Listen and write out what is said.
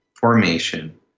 formation